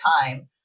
time